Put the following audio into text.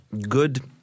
good